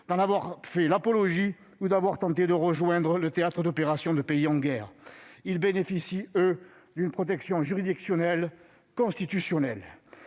d'en avoir fait l'apologie, ou d'avoir tenté de rejoindre le théâtre d'opérations de pays en guerre. Ils bénéficient, eux, d'une protection juridictionnelle constitutionnelle.